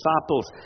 disciples